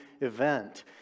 event